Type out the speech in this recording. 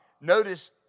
Notice